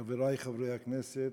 חברי חברי הכנסת,